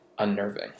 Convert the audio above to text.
unnerving